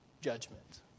judgment